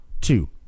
two